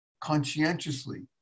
conscientiously